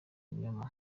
muba